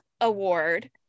award